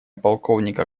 полковника